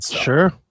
Sure